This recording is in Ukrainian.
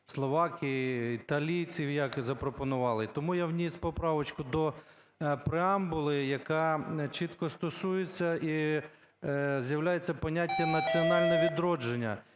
Словакії, італійців, як запропонували. Тому я вніс поправочку до преамбули, яка чітко стосується і з'являється поняття "національне відродження".